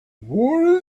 war